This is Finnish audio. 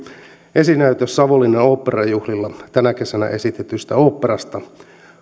esinäytös savonlinnan oopperajuhlilla tänä kesänä esitetystä oopperasta